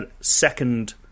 second